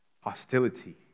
hostility